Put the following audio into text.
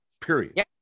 Period